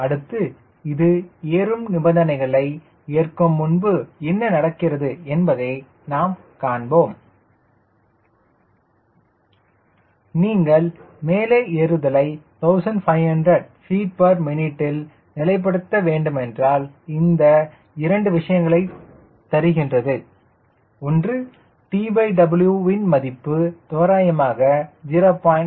அடுத்து இது ஏறும் நிபந்தனைகளை ஏற்கும் முன்பு என்ன நடக்கிறது என்பதை நாம் காண்போம் நீங்கள் மேலே ஏறுதலை 1500ftmin இல் நிலைப்படுத்த வேண்டுமென்றால் இது இரண்டு விஷயங்களை தருகிறது ஒன்று TW ன் மதிப்பு தோராயமாக 0